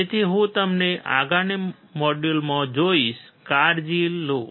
તેથી હું તમને આગામી મોડ્યુલમાં જોઈશ કાળજી લો